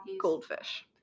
goldfish